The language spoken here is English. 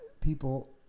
people